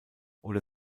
oder